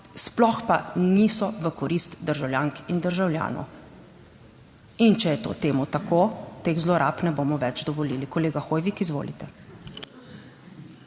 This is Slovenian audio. sploh pa niso v korist državljank in državljanov. In če je to temu tako, teh zlorab ne bomo več dovolili. Kolega Hoivik, izvolite.